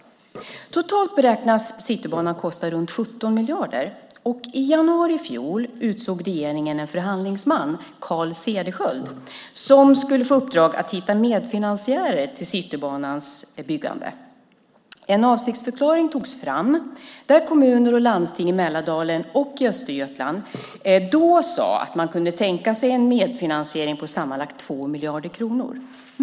Citybanan beräknas kosta totalt runt 17 miljarder. I januari i fjol utsåg regeringen en förhandlingsman, Carl Cederschiöld, som fick i uppdrag att hitta medfinansiärer till Citybanans byggande. En avsiktsförklaring togs fram där kommuner och landsting i Mälardalen och i Östergötland sade att de kunde tänka sig en medfinansiering på sammanlagt 2 miljarder kronor.